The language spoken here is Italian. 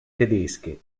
tedesche